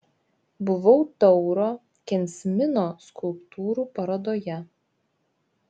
buvau tauro kensmino skulptūrų parodoje